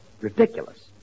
ridiculous